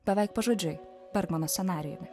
beveik pažodžiui bermano scenarijumi